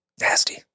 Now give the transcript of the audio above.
nasty